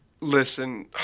Listen